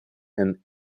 and